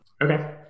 okay